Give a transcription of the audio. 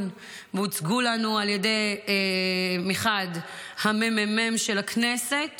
והוצגו לנו מחד על ידי הממ"מ של הכנסת